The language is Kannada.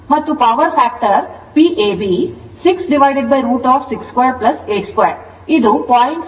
ಮತ್ತು ಪವರ್ ಫ್ಯಾಕ್ಟರ್ Pab 6√ 62 82 ಇದು 0